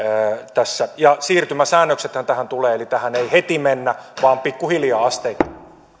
tässä siirtymäsäännöksethän tähän tulevat eli tähän ei heti mennä vaan pikkuhiljaa asteittain